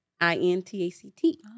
I-N-T-A-C-T